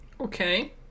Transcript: Okay